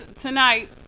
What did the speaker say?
tonight